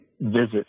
visit